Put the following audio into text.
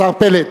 השר פלד.